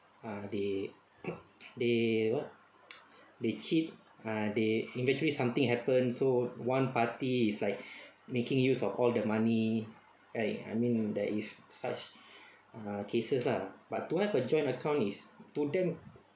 ah they they what they cheat ah they eventually something happen so one party is like making use of all the money I I mean there is such ah cases lah but to have a joint account is to them